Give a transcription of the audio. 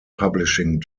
publishing